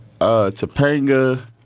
Topanga